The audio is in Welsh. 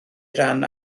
ran